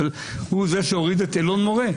אבל הוא זה שהוריד את אלון מורה.